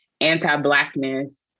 anti-blackness